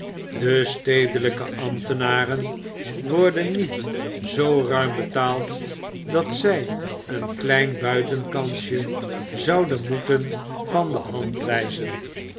de stedelijke ambtenaren worden niet zoo ruim betaald dat zij een klein buitenkansje zouden moeten van de hand wijzen